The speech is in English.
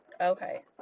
Okay